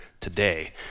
today